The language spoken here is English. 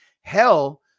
hell